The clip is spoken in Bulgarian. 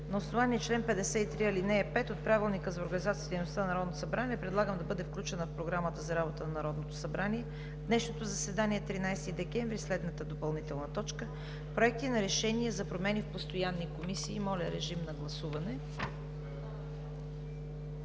На основание чл. 53, ал. 5 от Правилника за организацията и дейността на Народното събрание предлагам да бъде включена в Програмата за работа на Народното събрание в днешното заседание, 13 декември, следната допълнителна точка: „Проекти на решения за промени в постоянни комисии“. Моля, режим на гласуване.